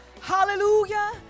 hallelujah